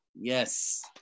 yes